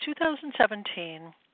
2017